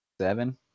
Seven